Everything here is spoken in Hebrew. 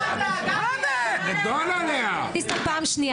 --- דיסטל, פעם שנייה.